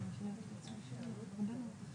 אנחנו מעבירים נתונים